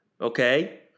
Okay